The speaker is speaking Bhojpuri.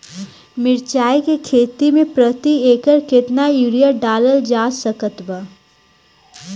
मिरचाई के खेती मे प्रति एकड़ केतना यूरिया डालल जा सकत बा?